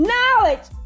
Knowledge